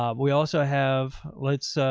um we also have let's,